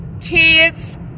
Kids